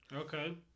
okay